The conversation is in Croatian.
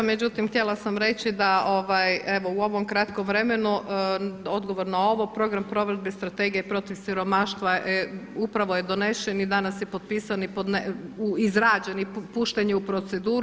Međutim htjela sam reći da evo u ovom kratkom vremenu odgovor na ovo, program provedbe strategije protiv siromaštva upravo je donesen i danas je potpisan, izrađen i pušten je u proceduru.